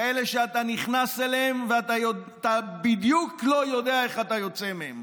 כאלה שאתה נכנס אליהם ואתה לא יודע בדיוק איך אתה יוצא מהם.